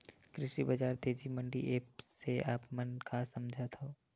कृषि बजार तेजी मंडी एप्प से आप मन का समझथव?